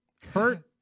Hurt